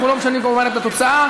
אנחנו לא משנים, כמובן, את התוצאה.